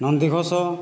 Nandighosh